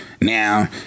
Now